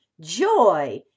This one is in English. joy